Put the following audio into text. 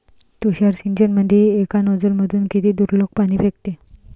तुषार सिंचनमंदी एका नोजल मधून किती दुरलोक पाणी फेकते?